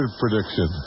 prediction